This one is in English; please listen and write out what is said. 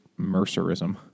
mercerism